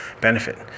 benefit